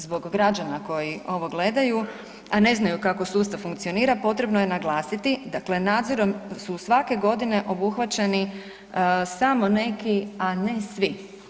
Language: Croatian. Zbog građana koji ovo gledaju, a ne znaju kako sustav funkcionira, potrebno je naglasiti, dakle nadzorom su svake godine obuhvaćeni samo neki, a ne svi.